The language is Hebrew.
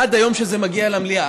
עד היום שזה מגיע למליאה,